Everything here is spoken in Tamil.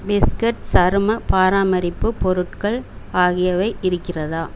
பிஸ்கட் சரும பாராமரிப்பு பொருட்கள் ஆகியவை இருக்கிறதா